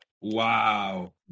Wow